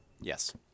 Yes